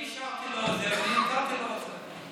אני אישרתי לו את זה ואני התרתי לו את זה.